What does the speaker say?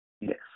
Yes